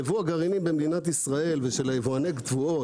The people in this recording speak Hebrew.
יבוא הגרעינים במדינת ישראל ושל יבואני התבואות,